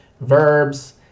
verbs